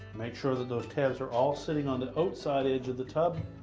make sure that those tabs are all sitting on the outside edge of the tub.